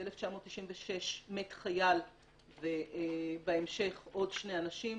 ב-1996 מת חייל ובהמשך עוד שני אנשים.